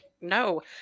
No